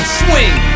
swing